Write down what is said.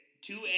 two